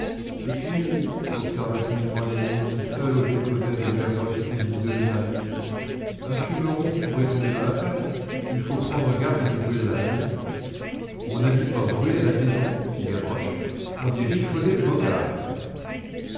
et puis observa timidement l'aîné qui seul osait causer avec gavroche et lui donner la réplique un fumeron pourrait tomber dans la paille il faut prendre garde de brûler la maison on ne dit pas brûler la maison fit gavroche on dit riffauder le bocard